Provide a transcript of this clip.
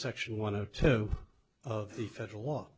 section one or two of the federal